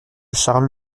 charles